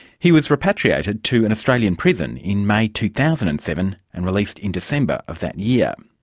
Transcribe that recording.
he was repatriated to an australian prison in may two thousand and seven, and released in december of that year.